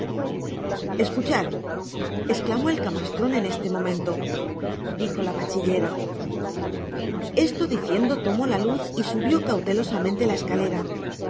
escuchad esclamó el camastron en este momento dijo la bachillera esto diciendo tomó la luz y subió cautelosamente la escalera